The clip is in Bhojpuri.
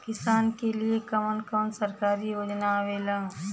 किसान के लिए कवन कवन सरकारी योजना आवेला?